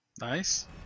Nice